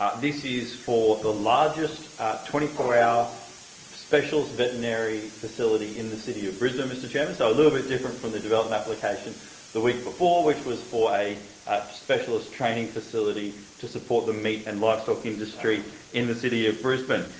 um this is the for the largest twenty four hour specialist veterinary facility in the city of brisbane, mr chairman. so a little bit different from the development application the week before, which was for a specialist training facility to support the meat and livestock industry in the city of brisbane.